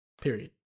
Period